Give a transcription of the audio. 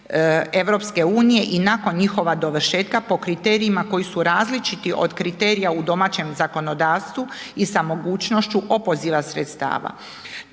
nadzorom EU i nakon njihova dovršetka po kriterijima koji su različiti od kriterija u domaćem zakonodavstvu i sa mogućnošću opoziva sredstava.